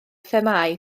themâu